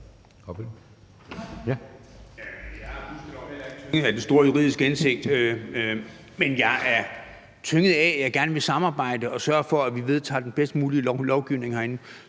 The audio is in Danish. jeg er tynget af, at jeg gerne vil samarbejde og sørge for, at vi vedtager den bedst mulige lovgivning herinde.